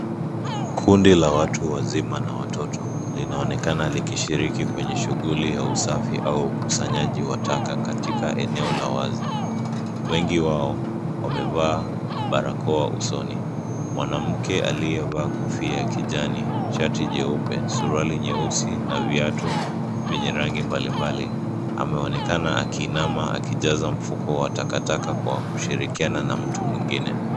Kundi la watu wazima na watoto linaonekana likishiriki kwenye shughuli ya usafi au ukusanyaji wa taka katika eneo la wazi wengi wao wamevaa barakoa usoni . Mwanamke aliye vaa kofia ya kijani shati jeupe suruali nyeusi na viatu vyenye rangi mbali mbali ameonekana akiinama akijaza mfuko wa takataka kwa kushirikiana na mtu mwingine.